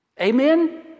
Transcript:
Amen